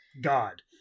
God